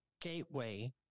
gateway